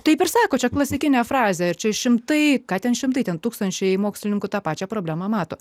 taip ir sako čia klasikinė frazė čia šimtai ką ten šimtai ten tūkstančiai mokslininkų tą pačia problema mato